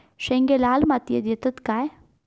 शेंगे लाल मातीयेत येतत काय?